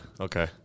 Okay